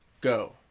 go